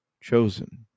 chosen